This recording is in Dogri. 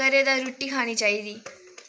घरै दा रुट्टी खानी चाहिदी